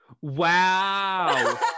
Wow